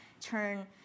turn